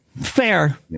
fair